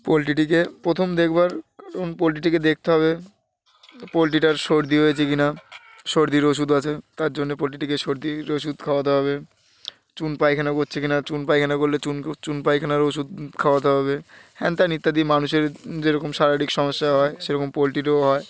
পোলট্রিটিকে প্রথম দেখবার পোলট্রিটিকে দেখতে হবে পোলট্রিটার সর্দি হয়েছে কি না সর্দির ওষুধ আছে তার জন্যে পোলট্রিটিকে সর্দির ওষুধ খাওয়াতে হবে চুন পায়খানা করছে কি না চুন পায়খানা করলে চুন চুন পায়খানার ওষুধ খাওয়াতে হবে হ্যান ত্যান ইত্যাদি মানুষের যেরকম শারীরিক সমস্যা হয় সেরকম পোলট্রিটাও হয়